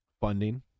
funding